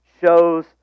shows